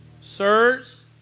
Sirs